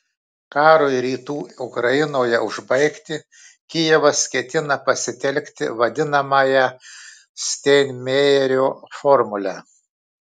karui rytų ukrainoje užbaigti kijevas ketina pasitelkti vadinamąją steinmeierio formulę